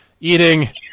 eating